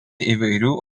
įvairių